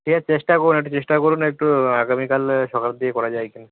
ঠিক আছে চেষ্টা করুন একটু চেষ্টা করুন একটু আগামীকালে সকালের দিকে করা যায় কি না